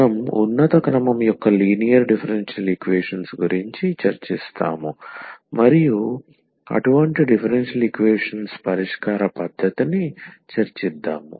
మనం ఉన్నత క్రమం యొక్క లీనియర్ డిఫరెన్షియల్ ఈక్వేషన్స్ గురించి చర్చిస్తాము మరియు అటువంటి డిఫరెన్షియల్ ఈక్వేషన్స్ పరిష్కార పద్దతిని చర్చిద్దాము